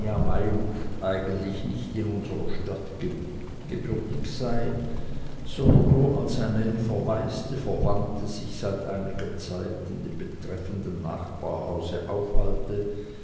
mayluft eigentlich nicht in unserer stadt gebürtig sei sondern nur als eine verwaiste verwandte sich seit einiger zeit in dem betreffenden nachbarhause aufhalte